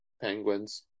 Penguins